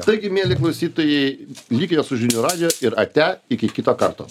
taigi mieli klausytojai likite su žinių radiju ir ate iki kito karto